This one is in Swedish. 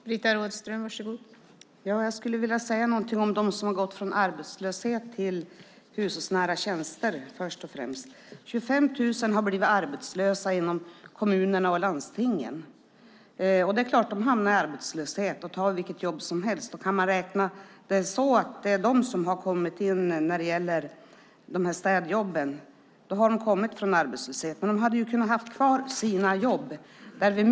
Fru talman! Jag vill säga något om dem som gått från arbetslöshet till hushållsnära tjänster. Det är 25 000 som har blivit arbetslösa inom kommuner och landsting. De hamnar så klart i arbetslöshet och tar vilket jobb som helst. Om man kan räkna in dem bland dem som har tagit städjobb har de kommit från arbetslöshet. De hade ju kunnat ha kvar sina jobb.